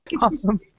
Awesome